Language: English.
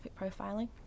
profiling